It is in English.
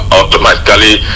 automatically